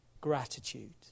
gratitude